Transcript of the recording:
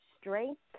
strength